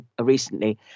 recently